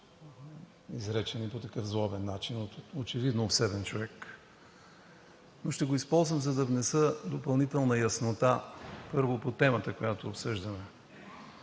изречени по такъв злобен начин от очевидно обсебен човек, но ще го използвам, за да внеса допълнителна яснота. Първо по темата, която обсъждаме.